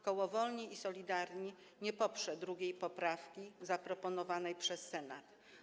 Koło Wolni i Solidarni nie poprze drugiej poprawki zaproponowanej przez Senat.